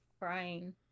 crying